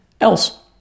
else